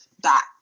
back